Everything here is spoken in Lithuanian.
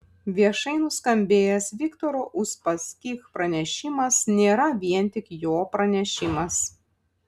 viešai nuskambėjęs viktoro uspaskich pranešimas nėra vien tik jo pranešimas